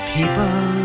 People